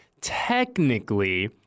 technically